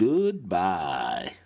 Goodbye